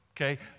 Okay